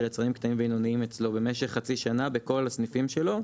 יצרנים קטנים ובינוניים אצלו במשך חצי שנה בכל הסניפים שלו,